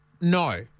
no